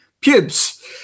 pubes